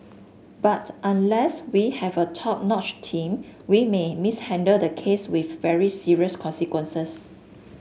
but unless we have a top notch team we may mishandle the case with very serious consequences